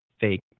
fake